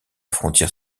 frontière